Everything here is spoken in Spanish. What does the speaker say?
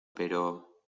pero